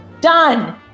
done